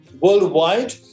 worldwide